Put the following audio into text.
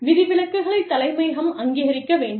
விதிவிலக்குகளைத் தலைமையகம் அங்கீகரிக்க வேண்டும்